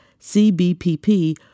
CBPP